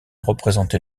représenté